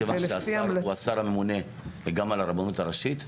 כיוון שהשר הוא השר הממונה גם על הרבנות הראשית,